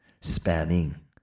Spanning